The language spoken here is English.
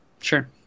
Sure